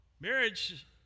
marriage